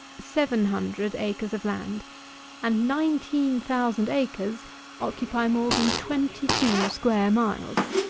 seven hundred acres of land and nineteen thousand acres occupy more than twenty-two square miles.